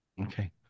Okay